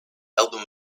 album